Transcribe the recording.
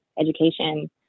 education